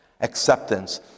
acceptance